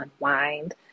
unwind